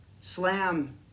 slam